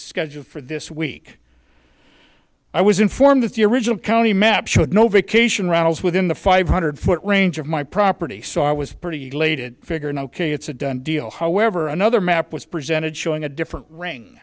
scheduled for this week i was informed that the original county map showed no vacation rentals within the five hundred foot range of my property so i was pretty late it figured ok it's a done deal however another map was presented showing a different ring